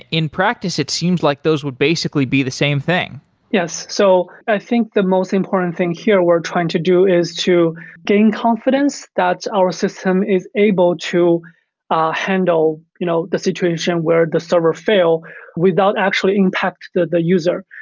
in practice, it seems like those would basically be the same thing yes. so i think the most important thing here we're trying to do is to gain confidence that our system is able to ah handle you know the situation where the server fail without actually impact the the user.